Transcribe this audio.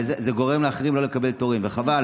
וזה גורם לאחרים לא לקבל תורים, וחבל.